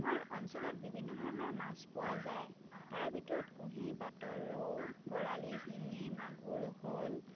আমাৰ অঞ্চলত বিভিন্ন ধৰণৰ মাছ পোৱা যায় তাৰ ভিতৰত কুঁহি বাত ৰৌ বৰালি শিঙি মাগুৰ শ'ল